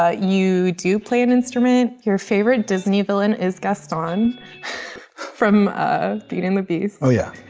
ah you do play an instrument. your favorite disney villain is gaston from ah beauty and the beast. oh yeah.